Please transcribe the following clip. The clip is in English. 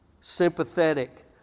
sympathetic